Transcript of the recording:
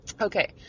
Okay